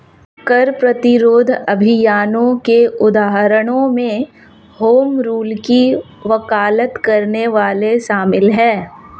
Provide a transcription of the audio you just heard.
कर प्रतिरोध अभियानों के उदाहरणों में होम रूल की वकालत करने वाले शामिल हैं